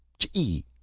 chee!